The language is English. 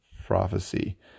Prophecy